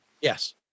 Yes